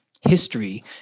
history